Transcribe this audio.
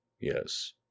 yes